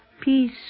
Peace